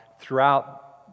throughout